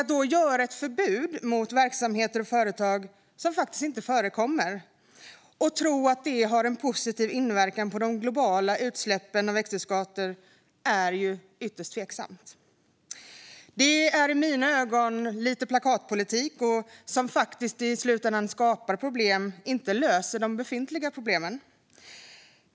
Att då inrätta ett förbud mot verksamheter och företag, som faktiskt inte förekommer, och tro att det har en positiv inverkan på de globala utsläppen av växthusgaser är ytterst tveksamt. Det är i mina ögon lite plakatpolitik som i slutändan skapar problem, inte löser de befintliga problemen.